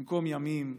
במקום ימים,